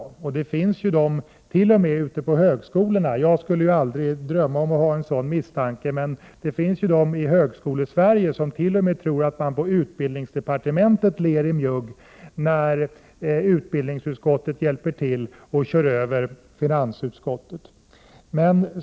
I Högskolesverige finns det ju t.o.m. de som misstänker — själv skulle jag naturligtvis aldrig drömma om något sådant — att man på utbildningsdepartementet ler i mjugg när utbildningsutskottet hjälper till att köra över det som finansdepartementet bestämt.